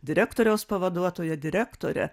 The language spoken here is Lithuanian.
direktoriaus pavaduotoja direktore